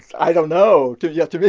i don't know. to yeah to me,